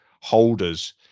holders